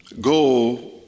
go